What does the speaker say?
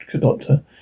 Doctor